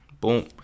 Boom